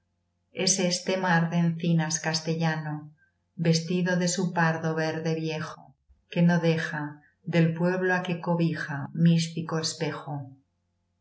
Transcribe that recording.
es este mar de encinas castellano vestido de su pardo verde viejo que no deja del pueblo á que cobija místico espejo